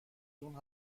جون